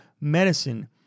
medicine